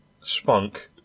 spunk